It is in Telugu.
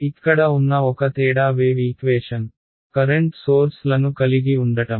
ఇక్కడ ఉన్న ఒక తేడా వేవ్ ఈక్వేషన్ కరెంట్ సోర్స్ లను కలిగి ఉండటం